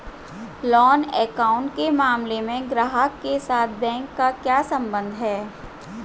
Loan account के मामले में ग्राहक के साथ बैंक का क्या संबंध है?